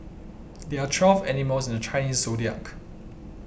there are twelve animals in the Chinese zodiac